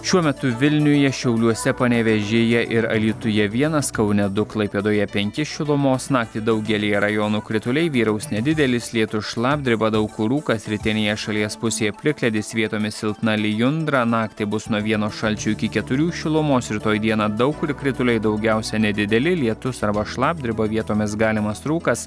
šiuo metu vilniuje šiauliuose panevėžyje ir alytuje vienas kaune du klaipėdoje penki šilumos naktį daugelyje rajonų krituliai vyraus nedidelis lietus šlapdriba daug kur rūkas rytinėje šalies pusėje plikledis vietomis silpna lijundra naktį bus nuo vieno šalčio iki keturių šilumos rytoj dieną daug kur krituliai daugiausia nedideli lietus arba šlapdriba vietomis galimas rūkas